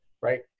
right